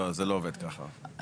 לא, זה לא עובד ככה, עם כל הכבוד.